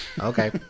Okay